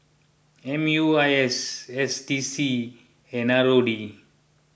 M U I S S D C and R O D